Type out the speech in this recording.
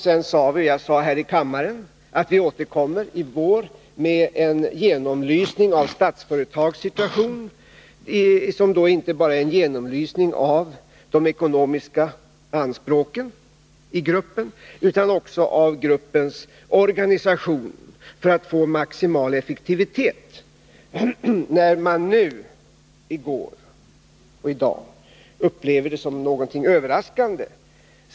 Sedan sade jag här i kammaren att vi återkommer i vår med en genomlysning av Statsföretags situation, som då inte bara är en genomlysning av de ekonomiska anspråken i gruppen utan också av gruppens organisation för att få maximal effektivitet. Nu har man, i går och i dag, fört fram att man upplever detta som någonting överraskande.